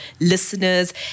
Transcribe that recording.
listeners